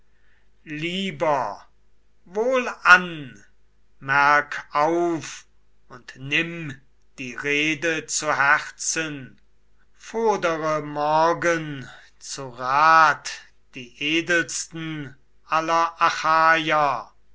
lieber wohlan merk auf und nimm die rede zu herzen fordere morgen zu rat die edelsten